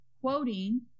quoting